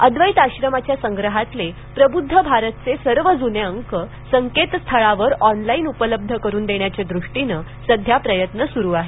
अद्वैत आश्रमाच्या संग्रहातील प्रबुद्ध भारतचे सर्व जुने अंक संकेतस्थळावर ऑनलाईन उपलब्ध करून देण्याच्या दृष्टीनं सध्या प्रयत्न सुरू आहेत